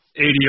80